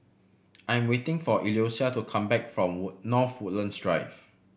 I am waiting for Eloisa to come back from North Woodlands Drive